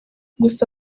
gusa